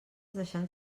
deixant